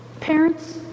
Parents